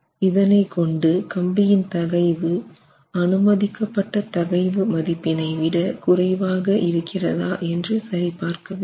இதனை கொண்டு கம்பியின் தகைவு அனுமதிக்கப்பட்ட தகைவு மதிப்பினை விட குறைவாக இருக்கிறதா என்று சரி பார்க்க வேண்டும்